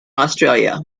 australia